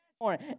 morning